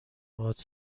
باهات